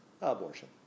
Abortion